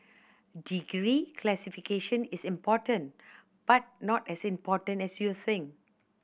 degree classification is important but not as important as you think